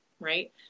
right